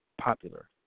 popular